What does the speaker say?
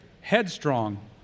headstrong